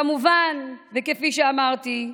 כמובן, כפי שאמרתי,